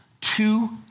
two